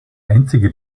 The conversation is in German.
einzige